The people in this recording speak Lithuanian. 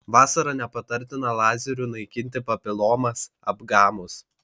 vasarą nepatartina lazeriu naikinti papilomas apgamus